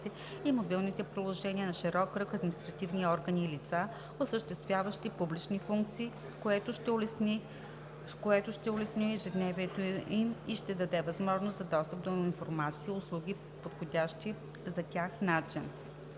и мобилните приложения на широк кръг административни органи и лица, осъществяващи публични функции, което ще улесни ежедневието им и ще им даде възможност за достъп до информация и услуги по подходящ за тях начин.